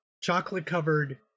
chocolate-covered